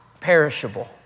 perishable